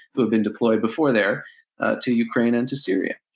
who have been deployed before there to ukraine and to syria.